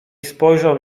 spojrzał